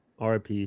RIP